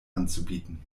anzubieten